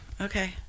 Okay